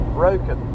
broken